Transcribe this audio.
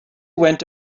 went